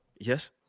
Yes